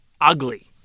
ugly